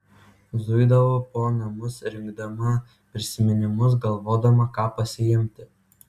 zuidavau po namus rinkdama prisiminimus galvodama ką pasiimti